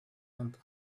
and